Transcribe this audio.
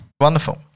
Wonderful